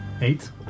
Eight